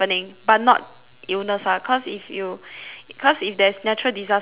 illness lah cause if you cause if there's natural disasters right